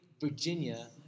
Virginia